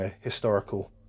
historical